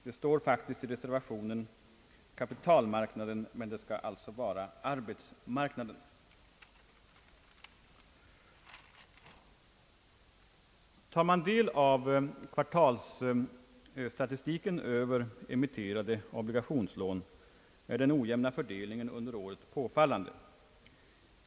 Det står faktiskt i reservationen »kapitalmarknaden», men det skall alltså vara »arbetsmarknaden». Tar man del av kvartalsstatistiken över emitterade obligationslån, är den ojämna fördelningen under året påfallande.